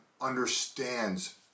understands